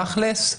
תכלס,